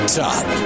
top